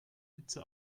hitze